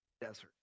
Desert